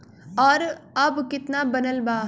और अब कितना बनल बा?